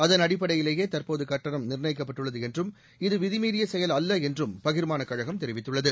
அதன் அடிப்படையிலேயே தற்போது கட்டணம் நிர்ணயிக்கப்பட்டுள்ளது என்றும் இது விதி மீறிய செயல் அல்ல என்றும் பகிர்மானக் கழகம் தெரிவித்துள்ளது